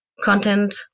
content